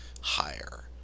higher